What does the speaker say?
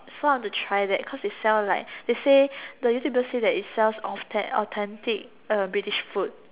so I want to try that cause it sell like they say the YouTuber say that it sells au~ authentic uh British food